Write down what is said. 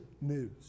news